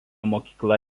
mokykla